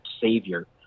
savior